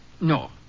No